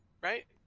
right